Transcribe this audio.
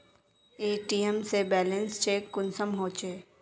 ATM से balance check कुंसम होचे?